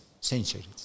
centuries